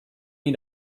ihn